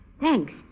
Thanks